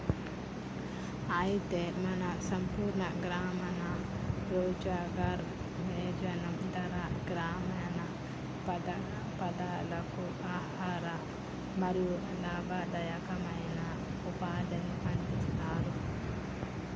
అయితే మన సంపూర్ణ గ్రామీణ రోజ్గార్ యోజన ధార గ్రామీణ పెదలకు ఆహారం మరియు లాభదాయకమైన ఉపాధిని అందిస్తారు